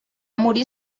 morir